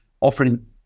offering